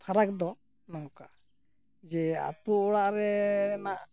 ᱯᱷᱟᱨᱟᱠ ᱫᱚ ᱱᱚᱝᱠᱟ ᱡᱮ ᱟᱹᱛᱩ ᱚᱲᱟᱜ ᱨᱮᱱᱟᱜ